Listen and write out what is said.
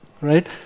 right